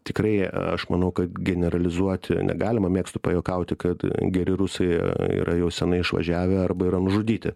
tikrai aš manau kad generalizuoti negalima mėgstu pajuokauti kad geri rusai yra jau seniai išvažiavę arba yra nužudyti